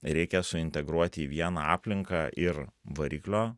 reikia suintegruoti į vieną aplinką ir variklio